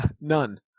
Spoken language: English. None